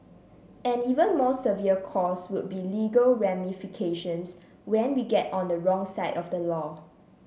an even more severe cost would be legal ramifications when we get on the wrong side of the law